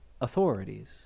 authorities